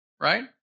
Right